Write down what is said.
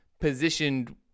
positioned